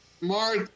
Mark